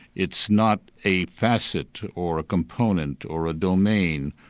it's not a facet or a component, or a domain,